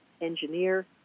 engineer